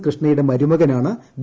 കൃഷ്ണയുടെ മരുമകനാണ് വി